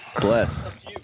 Blessed